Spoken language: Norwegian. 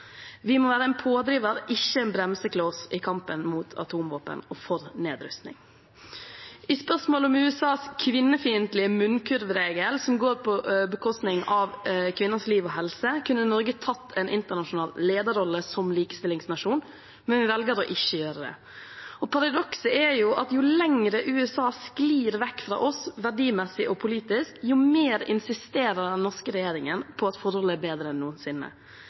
Vi må være en pådriver, ikke en bremsekloss i kampen mot atomvåpen og for nedrustning. I spørsmålet om USAs kvinnefiendtlige munnkurvregel, som går på bekostning av kvinners liv og helse, kunne Norge tatt en internasjonal lederrolle som likestillingsnasjon, men man velger å ikke gjøre det. Paradokset er at jo lenger USA sklir vekk fra oss verdimessig og politisk, jo mer insisterer den norske regjeringen på at forholdet er bedre enn noensinne.